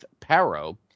Paro